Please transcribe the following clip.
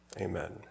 Amen